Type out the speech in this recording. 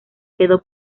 quedó